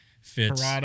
fits